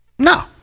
no